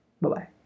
bye-bye